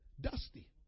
dusty